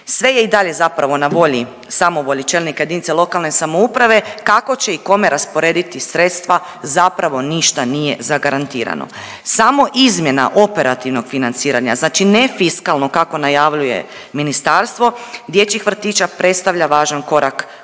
Sve je i dalje zapravo na volji samovolji čelnika jedinice lokalne samouprave kako će i kome rasporediti sredstva zapravo ništa nije zagarantirano. Samo izmjena operativnog financiranja znači ne fiskalno kako najavljuje ministarstvo dječjih vrtića predstavlja važan korak u